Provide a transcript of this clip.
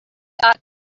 ought